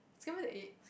scramble the egg